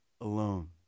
alone